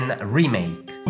Remake